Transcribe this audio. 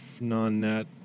Non-net